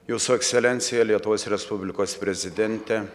jūsų ekscelencija lietuvos respublikos prezidente